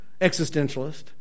existentialist